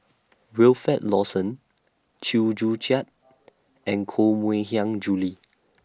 Wilfed Lawson Chew Joo Chiat and Koh Mui Hiang Julie